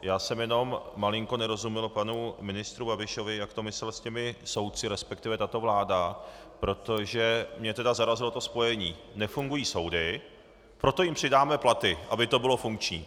Já jsem jenom malinko nerozuměl panu ministru Babišovi, jak to myslel s těmi soudci, resp. tato vláda, protože mě zarazilo to spojení nefungují soudy, proto jim přidáme platy, aby to bylo funkční.